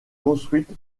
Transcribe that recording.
construite